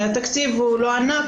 התקציב הוא לא ענק,